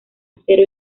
acero